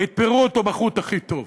ויתפרו אותו בחוט הכי טוב.